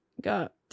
got